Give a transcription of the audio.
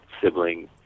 sibling